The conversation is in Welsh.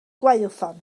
gwaywffon